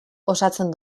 osatzen